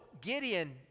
Gideon